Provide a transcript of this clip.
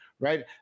right